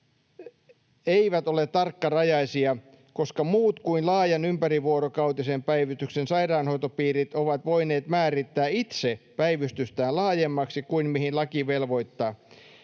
eivät ole tarkkarajaisia, koska muut kuin laajan ympärivuorokautisen päivystyksen sairaanhoitopiirit ovat voineet määrittää itse päivystystään laajemmaksi kuin mihin laki velvoittaa.